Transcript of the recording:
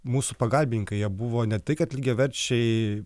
mūsų pagalbininkai jie buvo ne tai kad lygiaverčiai